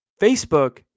Facebook